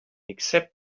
except